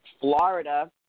Florida